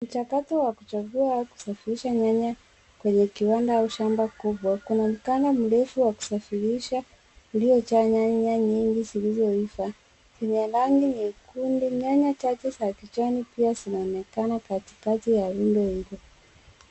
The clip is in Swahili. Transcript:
Mchakato wa kuchagua au kusafirisha nyanya kwenye kiwanda au shamba kubwa. Kuna mkanda mrefu wa kusafiririsha uliojaa nyanya nyingi zilizoiva zenye rangi nyekundu . Nyanya chache za kijani pia zinaonekana katikati ya rundo hilo.